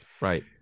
right